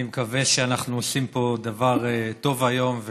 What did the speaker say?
אני מקווה שאנחנו עושים פה דבר טוב היום,